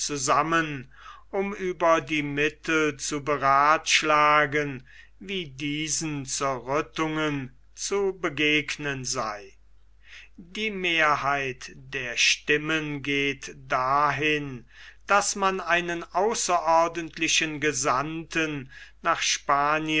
zusammen um über die mittel zu beratschlagen wie diesen zerrüttungen zu begegnen sei die mehrheit der stimmen geht dahin daß man einen außerordentlichen gesandten nach spanien